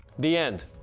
the end.